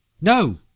no